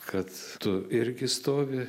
kad tu irgi stovi